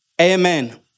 Amen